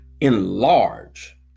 enlarge